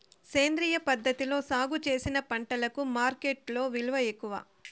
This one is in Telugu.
సేంద్రియ పద్ధతిలో సాగు చేసిన పంటలకు మార్కెట్టులో విలువ ఎక్కువ